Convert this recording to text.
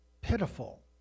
pitiful